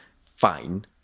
fine